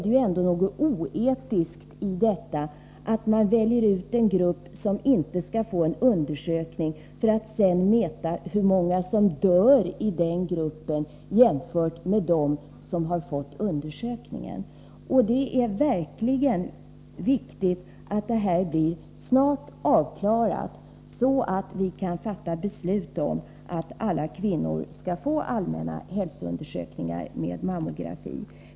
Det är något oetiskt i detta, att välja ut en grupp som inte skall få göra en undersökning för att sedan mäta hur många som dör i den gruppen jämfört med den grupp som har gjort undersökningen. Det är verkligen viktigt att detta blir avklarat snart, så att vi kan fatta beslut om att alla kvinnor skall få allmänna hälsoundersökningar med mammografi.